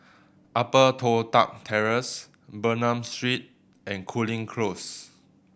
Upper Toh Tuck Terrace Bernam Street and Cooling Close